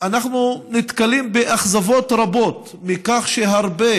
אנחנו נתקלים באכזבות רבות מכך שהרבה